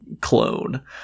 clone